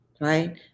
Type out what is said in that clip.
right